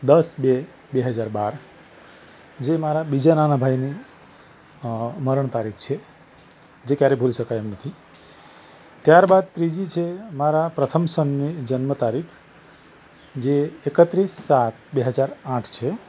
દસ બે બે હજાર બાર જે મારા બીજા નાના ભાઈની મરણ તારીખ છે જે ક્યારેય ભૂલી શકાય એમ નથી ત્યાર બાદ ત્રીજી છે મારા પ્રથમ સનની જન્મ તારીખ જે એકત્રીસ સાત બે હજાર આઠ છે